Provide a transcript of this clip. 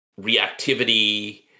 reactivity